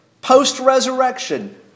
post-resurrection